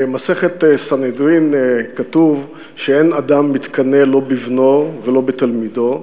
במסכת סנהדרין כתוב שאין אדם מתקנא לא בבנו ולא בתלמידו,